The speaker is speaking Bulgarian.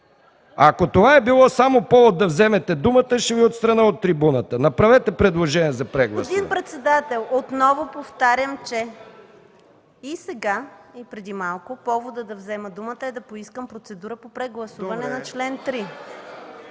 Ако това е било само повод да вземете думата, ще Ви отстраня от трибуната. Направете предложение за прегласуване. ДЕСИСЛАВА АТАНАСОВА: Господин председател, отново повтарям, че и сега, и преди малко поводът да взема думата е да поискам процедура по прегласуване на чл. 3.